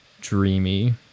dreamy